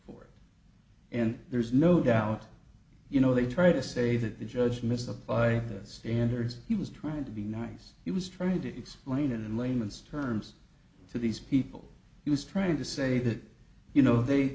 before and there's no doubt you know they try to say that the judge misapply the standards he was trying to be nice he was trying to explain in layman's terms to these people he was trying to say that you know they